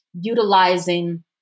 utilizing